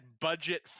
budget